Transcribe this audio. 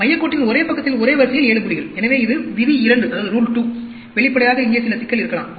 மையக் கோட்டின் ஒரே பக்கத்தில் ஒரே வரிசையில் 7 புள்ளிகள் எனவே இது விதி 2 வெளிப்படையாக இங்கே சில சிக்கல் இருக்கலாம்